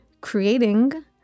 creating